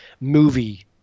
movie